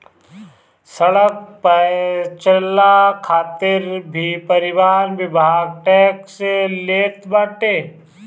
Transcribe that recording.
सड़क पअ चलला खातिर भी परिवहन विभाग टेक्स लेट बाटे